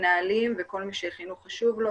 מנהלים וכל מי שחינוך חשוב לו.